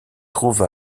trouve